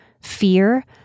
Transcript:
fear